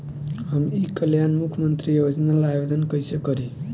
हम ई कल्याण मुख्य्मंत्री योजना ला आवेदन कईसे करी?